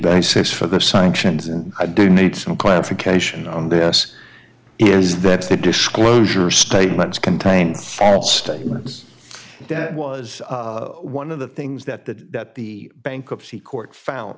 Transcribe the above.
basis for the sanctions and i do need some clarification on this is that's the disclosure statements contain false statements that was one of the things that the that the bankruptcy court found